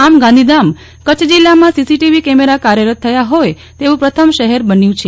આમ ગાંધીધામ કચ્છ જિલ્લામાં CCTV camera કાર્યરત થયા હોય તેવું પ્રથમ શહેર બન્યું છે